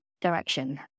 direction